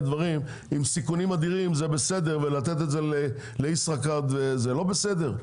דברים עם סיכונים אדירים זה בסדר ולתת את זה לישראכרט זה לא בסדר?